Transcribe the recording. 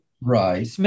right